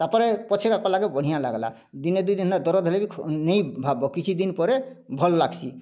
ତା'ପରେ ପଛକେ କଲାକେ ବଢ଼ିଁଆ ଲାଗ୍ଲା ଦିନେ ଦୁଇ ଦିନର ଦରଦ ହେଲେ ବି ନେଇ ଭାବବ୍ କିଛିଦିନ ପରେ ଭଲ୍ ଲାଗ୍ସି